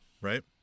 Right